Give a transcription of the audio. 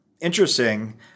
interesting